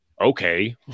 Okay